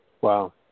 Wow